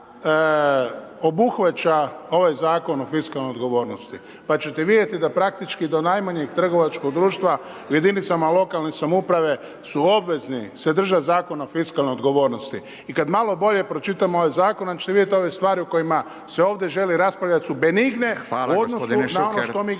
Hvala. Gospodin Šuker.